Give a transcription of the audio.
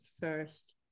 First